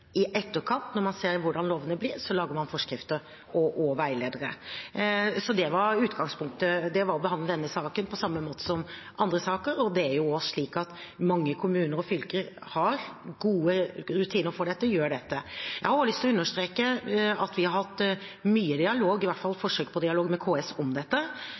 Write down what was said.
I etterkant, når man ser hvordan lovene blir, lager man forskrifter og veiledere. Så utgangspunktet var å behandle denne saken på samme måte som andre saker. Det er jo også slik at mange kommuner og fylker har gode rutiner for dette og gjør dette. Jeg har også lyst til å understreke at vi har hatt mye dialog, i hvert fall forsøk på dialog, med KS om dette